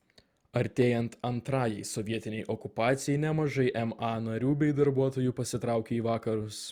artėjant antrajai sovietinei okupacijai nemažai ma narių bei darbuotojų pasitraukė į vakarus